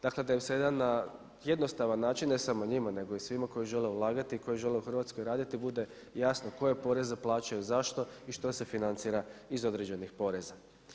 Dakle da bi se na jedan jednostavan način ne samo njima nego i svima ulagati i koji žele u Hrvatskoj raditi bude jasno koje poreze plaćaju, zašto i što se financira iz određenih poreza.